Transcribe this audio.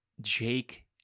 Jake